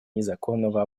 незаконного